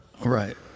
Right